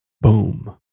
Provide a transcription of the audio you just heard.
Boom